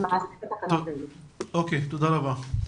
תודה רבה.